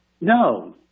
No